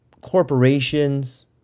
corporations